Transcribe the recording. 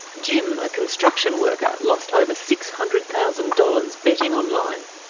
jim, a construction worker, lost over six hundred thousand dollars betting online.